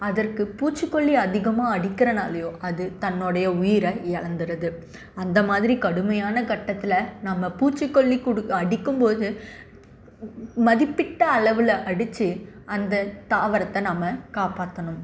அதற்கு பூச்சிக்கொல்லி அதிகமாக அடிக்கிறனாலையோ அது தன்னுடைய உயிரை இழந்துடுது அந்த மாதிரி கடுமையான கட்டத்தில் நாம் பூச்சிக்கொல்லி அடிக்கும் போது மதிப்பிட்ட அளவில் அடிச்சு அந்த தாவரத்தை நாம் காப்பாற்றணும்